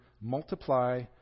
multiply